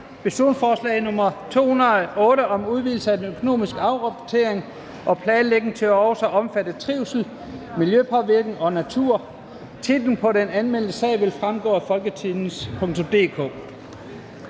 folketingsbeslutning om udvidelse af den økonomiske afrapportering og planlægning til også at omfatte trivsel, miljøpåvirkning og natur). Titlen på den anmeldte sag vil fremgå af folketingstidende.dk.